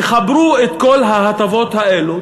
תחברו את כל ההטבות האלה,